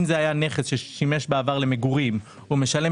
אם זה היה נכס ששימש בעבר למגורים הוא משלם